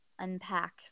unpack